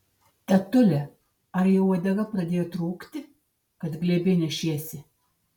tetule ar jau uodega pradėjo trūkti kad glėby nešiesi